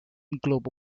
globe